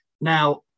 Now